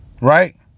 Right